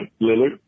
Lillard